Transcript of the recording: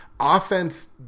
Offense